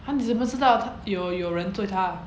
她知不知道她有有人追她